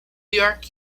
york